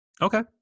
Okay